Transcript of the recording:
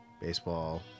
Baseball